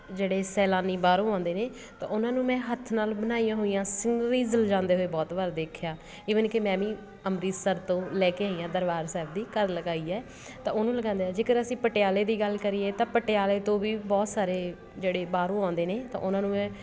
ਜਿਹੜੇ ਸੈਲਾਨੀ ਬਾਹਰੋਂ ਆਉਂਦੇ ਨੇ ਤਾਂ ਉਹਨਾਂ ਨੂੰ ਮੈਂ ਹੱਥ ਨਾਲ ਬਣਾਈਆਂ ਹੋਈਆਂ ਸਿਨਰੀਜ਼ ਲਜਾਉਂਦੇ ਹੋਏ ਬਹੁਤ ਬਾਰ ਦੇਖਿਆ ਈਵਨ ਕਿ ਮੈਂ ਵੀ ਅੰਮ੍ਰਿਤਸਰ ਤੋਂ ਲੈ ਕੇ ਆਈ ਹਾਂ ਦਰਬਾਰ ਸਾਹਿਬ ਦੀ ਘਰ ਲਗਾਈ ਹੈ ਤਾਂ ਉਹਨੂੰ ਲਗਾਉਂਦੇ ਆ ਜੇਕਰ ਅਸੀਂ ਪਟਿਆਲੇ ਦੀ ਗੱਲ ਕਰੀਏ ਤਾਂ ਪਟਿਆਲੇ ਤੋਂ ਵੀ ਬਹੁਤ ਸਾਰੇ ਜਿਹੜੇ ਬਾਹਰੋਂ ਆਉਂਦੇ ਨੇ ਤਾਂ ਉਹਨਾਂ ਨੂੰ ਮੈਂ